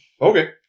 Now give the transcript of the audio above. Okay